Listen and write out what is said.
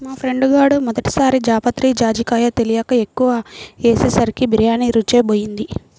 మా ఫ్రెండు గాడు మొదటి సారి జాపత్రి, జాజికాయ తెలియక ఎక్కువ ఏసేసరికి బిర్యానీ రుచే బోయింది